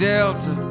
Delta